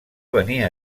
venia